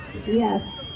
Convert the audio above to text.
Yes